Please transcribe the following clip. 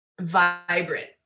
vibrant